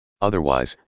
Otherwise